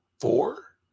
four